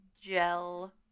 gel